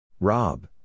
Rob